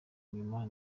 inyuma